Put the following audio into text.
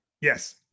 Yes